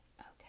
Okay